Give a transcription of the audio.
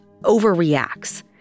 overreacts